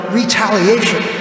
retaliation